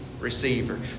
receiver